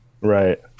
right